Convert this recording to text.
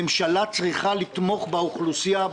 הממשלה צריכה לתמוך באוכלוסייה,